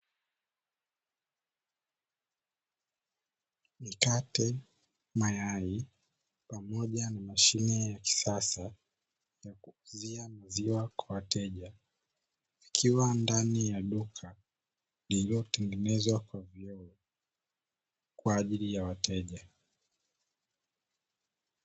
Mkate, mayai pamoja na mashine ya kisasa ya kuuzia maziwa kwa wateja. Ikiwa ndani ya duka lililotengenezwa kwa vioo kwa ajili ya wateja.